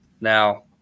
Now